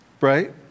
right